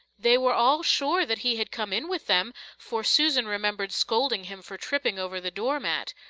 they were all sure that he had come in with them, for susan remembered scolding him for tripping over the door-mat.